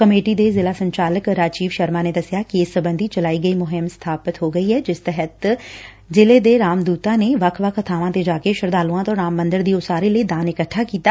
committee ਦੇ ਜ਼ਿਲ੍ਹਾ ਸੰਚਾਲਕ ਰਾਜੀਵ ਸ਼ਰਮਾ ਨੇ ਦਸਿਆ ਕਿ ਇਸ ਸਬੰਧੀ ਚਲਾਈ ਗਈ ਮੁਹਿੰਮ ਸਮਾਪਤ ਹੋ ਗਈ ਏ ਜਿਸ ਤਹਿਤ ਸ਼ਿਲੇ ਦੇ ਰਾਮ ਦੂਤਾ ਨੇ ਵੱਖ ਵੱਖ ਬਾਵਾਂ ਤੇ ਜਾ ਕੇ ਸ਼ਰਧਾਲੁਆਂ ਤੋਂ ਰਾਮ ਮੰਦਰ ਦੀ ਉਸਾਰੀ ਲਈ ਦਾਨ ਇਕੱਠਾ ਕੀਤਾ